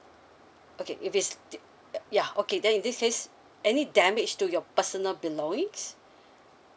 okay if it's the ya okay then in this case any damage to your personal belongings